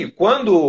quando